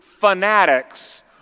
fanatics